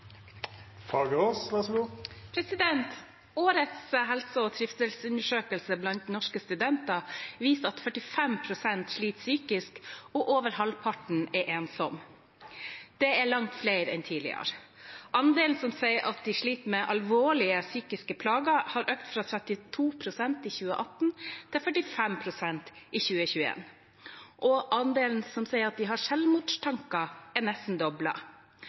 over halvparten er ensomme. Dette er langt flere enn tidligere. Andelen som sier de sliter med alvorlige psykiske plager, har økt fra 32 pst. i 2018 til 45 pst. i 2021. Andelen som sier de har selvmordstanker, er nesten